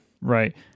Right